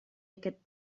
aquest